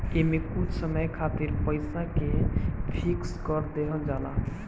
एमे कुछ समय खातिर पईसा के फिक्स कर देहल जाला